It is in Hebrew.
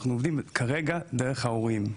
אנחנו עובדים כרגע דרך ההורים.